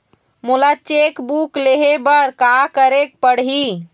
मोला cheque book लेहे बर का केरेक पढ़ही?